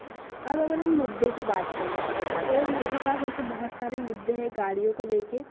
अब अगर हम मुद्दे की बात करें तो मेरे पास ऐसे बहुत सारे मुद्दे है गाड़ियों को लेकर